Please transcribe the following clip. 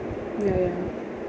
ya ya